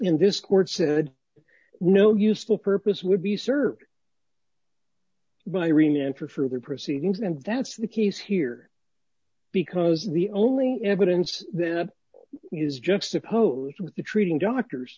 in this court said no useful purpose would be served by remission for further proceedings and that's the case here because the only evidence the use juxtaposed with the treating doctor